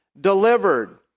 delivered